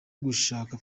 gushaka